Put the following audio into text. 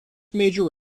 major